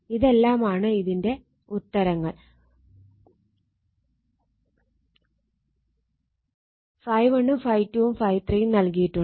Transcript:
ഇതെല്ലാമാണ് ഇതിന്റെ ഉത്തരങ്ങൾ ∅1 ഉം ∅2 ഉം ∅3 ഉം നൽകിയിട്ടുണ്ട്